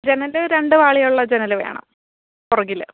ജനൽ രണ്ട് പാളിയുള്ള ജനൽ വേണം പുറകിൽ